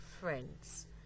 friends